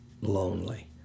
lonely